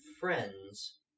friends